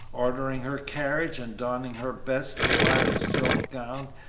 ordering her carriage and donning her best black silk gown,